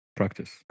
practice